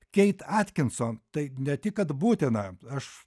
keit atkinson tai ne tik kad būtina aš